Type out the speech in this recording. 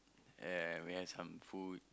ya we had some food